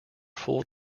full